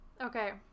Okay